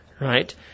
right